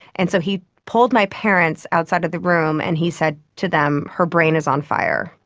and so he pulled my parents outside the room and he said to them, her brain is on fire,